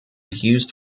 used